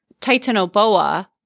Titanoboa